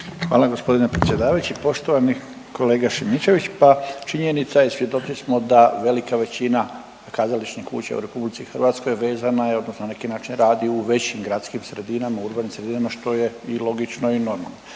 Hvala gospodine predsjedavajući. Poštovani kolega Šimičević, pa činjenica je i svjedoci smo da velika većina kazališnih kuća u RH vezana je odnosno na neki način radi u većim gradskim sredinama, urbanim sredinama što je i logično i normalno.